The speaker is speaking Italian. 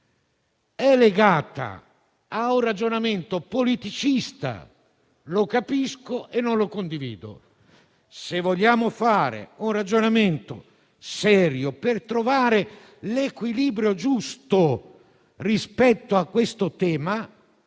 è legato a un ragionamento politicista, lo capisco, ma non lo condivido. Se vogliamo fare un ragionamento serio, per trovare l'equilibrio giusto rispetto a questo tema,